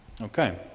Okay